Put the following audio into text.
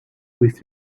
with